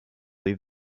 leave